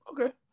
Okay